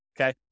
okay